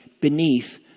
beneath